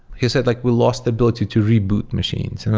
he said, like we lost the ability to reboot machines.